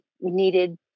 needed